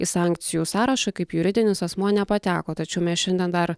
į sankcijų sąrašą kaip juridinis asmuo nepateko tačiau mes šiandien dar